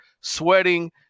sweating